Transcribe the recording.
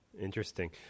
Interesting